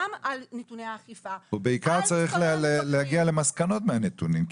גם כל נתוני האכיפה --- ובעיקר צריך להגיע למסקנות מהנתונים,